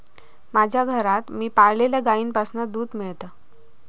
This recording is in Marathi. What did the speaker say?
माज्या घरात मी पाळलल्या गाईंपासना दूध मेळता